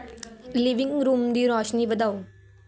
living room ਦੀ ਰੋਸ਼ਨੀ ਵਧਾਓ